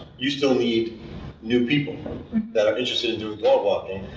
you still need new people that are interested in doing dog walking,